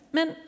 Men